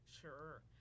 Sure